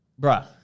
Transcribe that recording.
Bruh